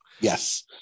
Yes